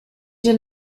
did